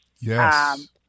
Yes